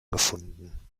gefunden